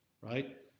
Right